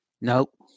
Nope